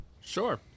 Sure